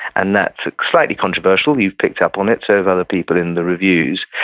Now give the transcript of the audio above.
and that's slightly controversial. you've picked up on it. so have other people in the reviews.